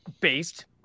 based